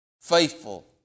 faithful